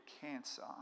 cancer